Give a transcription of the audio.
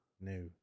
No